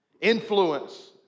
influence